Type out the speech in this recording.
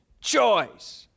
choice